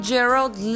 Gerald